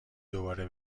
دوباره